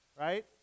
right